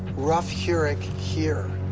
rough hurech here.